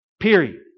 Period